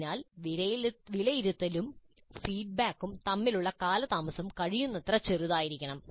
അതിനാൽ വിലയിരുത്തലും ഫീഡ്ബാക്കും തമ്മിലുള്ള കാലതാമസം കഴിയുന്നത്ര ചെറുതായിരിക്കണം